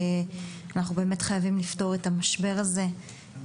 אנחנו באמת חייבים לפתור את המשבר הזה.